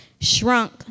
shrunk